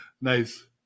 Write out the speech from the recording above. Nice